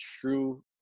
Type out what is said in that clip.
true